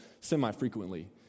semi-frequently